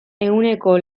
ehuneko